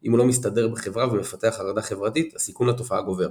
אם הוא לא מסתדר בחברה ומפתח חרדה חברתית הסיכון לתופעה גובר.